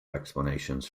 explanations